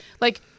like-